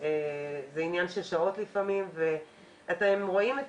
כאשר לפעמים זה עניין של שעות.